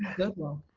goodwill.